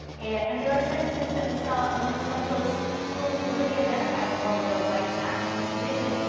and there are sentiments that we saw among some folks who really identified more with a white nationalist vision,